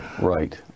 Right